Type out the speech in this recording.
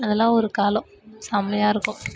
அதெல்லாம் ஒரு காலம் செம்மையா இருக்கும்